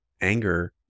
anger